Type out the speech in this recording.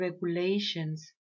regulations